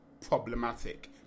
problematic